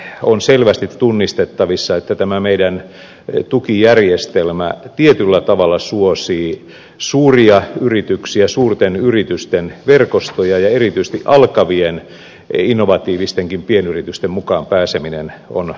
nimittäin on selvästi tunnistettavissa että tämä meidän tukijärjestelmämme tietyllä tavalla suosii suuria yrityksiä suurten yritysten verkostoja ja erityisesti alkavien innovatiivistenkin pienyritysten mukaan pääseminen on monta kertaa vaativaa